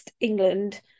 England